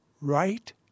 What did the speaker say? right